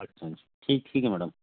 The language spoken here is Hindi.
अच्छा अच्छा ठीक ठीक है मैडम